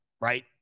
Right